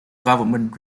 government